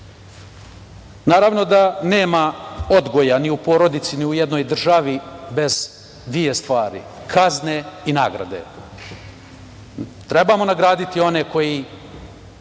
da nema odgoja ni u porodici, ni u jednoj državi bez dve stvari – kazne i nagrade. Trebamo nagraditi one koji